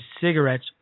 cigarettes